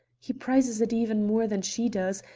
he prizes it even more than she does,